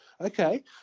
Okay